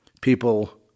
People